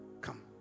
Come